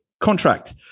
contract